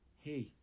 Hey